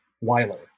Weiler